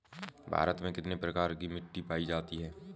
भारत में कितने प्रकार की मिट्टी पायी जाती है?